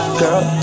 girl